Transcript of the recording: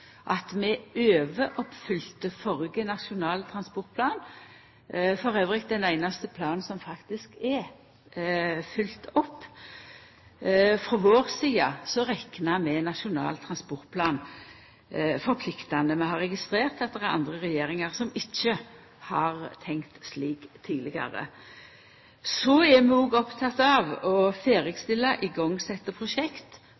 at vi overoppfylte førre Nasjonal transportplan – det er elles den einaste planen som faktisk er fylt opp. Frå vår side reknar vi Nasjonal transportplan som forpliktande. Vi har registrert at det er andre regjeringar som ikkje har tenkt slik tidlegare. Så er vi opptekne av å